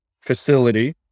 facility